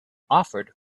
offered